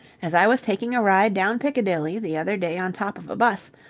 as i was taking a ride down piccadilly the other day on top of a bus,